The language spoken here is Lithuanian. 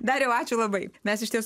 dariau ačiū labai mes iš ties